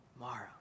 Mara